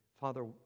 Father